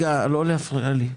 לא להפריע לי.